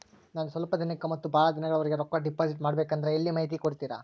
ನಾನು ಸ್ವಲ್ಪ ದಿನಕ್ಕ ಮತ್ತ ಬಹಳ ದಿನಗಳವರೆಗೆ ರೊಕ್ಕ ಡಿಪಾಸಿಟ್ ಮಾಡಬೇಕಂದ್ರ ಎಲ್ಲಿ ಮಾಹಿತಿ ಕೊಡ್ತೇರಾ?